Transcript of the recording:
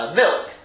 milk